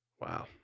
Wow